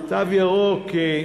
ירוק.